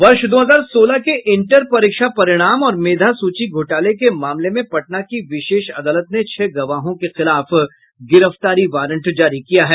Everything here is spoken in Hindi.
वर्ष दो हजार सोलह के इंटर परीक्षा परिणाम और मेधा सूची घोटाले के मामले में पटना की विशेष अदालत ने छह गवाहों के खिलाफ गिरफ्तारी वारंट जारी किया है